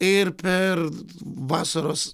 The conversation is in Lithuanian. ir per vasaros